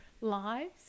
lives